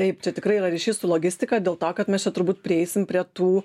taip čia tikrai yra ryšys su logistika dėl to kad mes čia turbūt prieisim prie tų